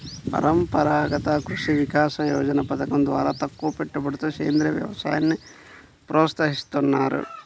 పరంపరాగత కృషి వికాస యోజన పథకం ద్వారా తక్కువపెట్టుబడితో సేంద్రీయ వ్యవసాయాన్ని ప్రోత్సహిస్తున్నారు